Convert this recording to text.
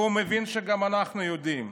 והוא מבין שגם אנחנו יודעים,